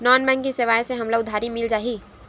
Non banking सेवाएं से हमला उधारी मिल जाहि?